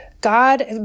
God